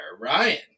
Ryan